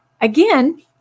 again